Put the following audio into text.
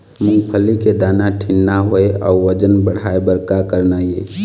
मूंगफली के दाना ठीन्ना होय अउ वजन बढ़ाय बर का करना ये?